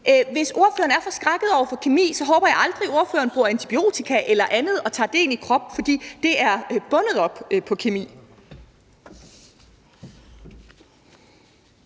Hvis ordføreren er forskrækket over for kemi, håber jeg aldrig, ordføreren bruger antibiotika eller andet og tager det ind i kroppen, for det er bundet op på kemi.